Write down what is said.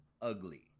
ugly